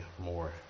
more